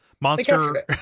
Monster